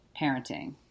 parenting